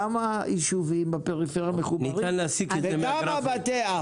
כמה ישובים בפריפריה מחוברים וכמה בתי אב.